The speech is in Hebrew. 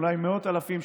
אולי מאות אלפים,